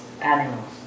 animals